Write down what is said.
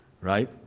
right